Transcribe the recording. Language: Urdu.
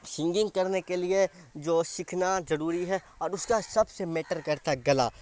سنگنگ کرنے کے لیے جو سیکھنا ضروری ہے اور اس کا سب سے میٹر کرتا ہے گلا